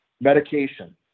Medication